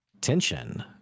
tension